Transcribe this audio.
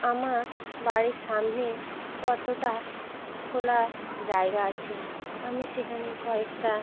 আমার বাড়ির সামনে কতোটা খোলা জায়গা আছে আমি সেখানে কয়েকটা